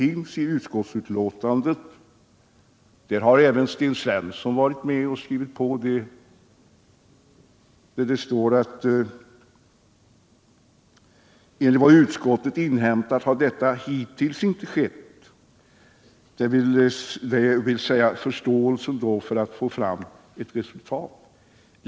I utskottsbetänkandet, som även Sten Svensson varit med och skrivit under, står det: ”Enligt vad utskottet inhämtat har detta hittills inte skett.” — Överläggningarna mellan lekmiljörådet och branschens företrädare har alltså inte fullföljts.